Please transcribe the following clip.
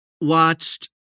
watched